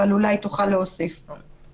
אבל אולי היא תוכל להוסיף פה.